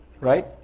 right